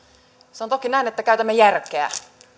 se on toki näin että käytämme järkeä